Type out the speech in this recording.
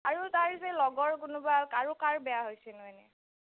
আৰু তাৰ যে লগৰ কোনোবা আৰু কাৰো কাৰ বেয়া হৈছেনো এনেই